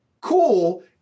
cool